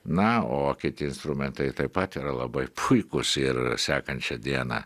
na o kiti instrumentai taip pat yra labai puikūs ir sekančią dieną